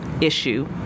issue